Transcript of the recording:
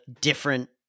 different